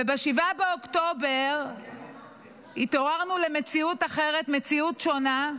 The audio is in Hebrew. ב-7 באוקטובר התעוררנו למציאות אחרת, מציאות שונה,